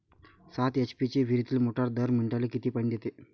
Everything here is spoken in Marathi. सात एच.पी ची विहिरीतली मोटार दर मिनटाले किती पानी देते?